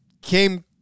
came